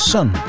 Sun